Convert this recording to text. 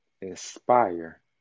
inspire